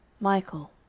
Michael